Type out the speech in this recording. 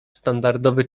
standardowy